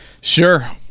Sure